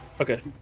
Okay